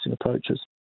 approaches